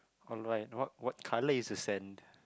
alright what what colour is the sand